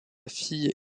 fille